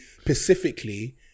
specifically